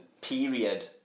period